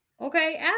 Okay